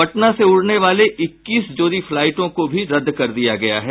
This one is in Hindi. पटना से उड़ने वाली इक्कीस जोड़ी फ्लाईटों को भी रद्द कर दिया गया है